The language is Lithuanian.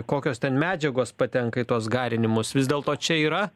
kokios ten medžiagos patenka į tuos garinimus vis dėlto čia yra